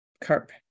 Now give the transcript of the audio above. carp